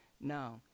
no